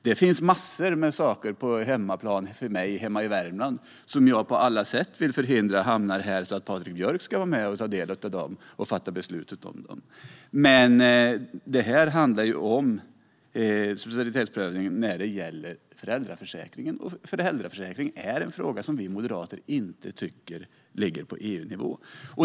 Det finns massor av frågor på min hemmaplan i Värmland som jag på alla sätt vill förhindra hamnar här så att Patrik Björck ska vara med och fatta beslut om dem, men detta handlar ju om en subsidiaritetsprövning när det gäller föräldraförsäkringen. Föräldraförsäkringen är en fråga som vi moderater inte tycker ligger på EU-nivå.